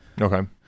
Okay